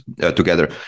together